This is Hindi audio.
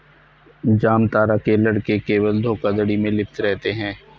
जामतारा के लड़के केवल धोखाधड़ी में लिप्त रहते हैं